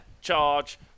Charge